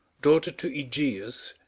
daughter to egeus,